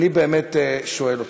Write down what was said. ואני באמת שואל אותך: